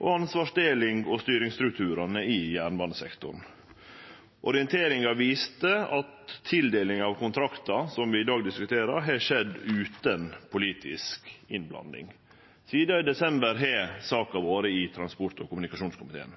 og ansvarsdeling og styringsstrukturane i jernbanesektoren. Orienteringa viste at tildelinga av kontrakten som vi i dag diskuterer, har skjedd utan politisk innblanding. Sidan desember har saka vore i transport- og kommunikasjonskomiteen.